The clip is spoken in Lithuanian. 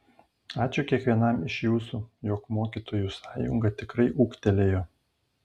ačiū kiekvienam iš jūsų jog mokytojų sąjunga tikrai ūgtelėjo